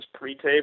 pre-tape